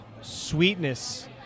sweetness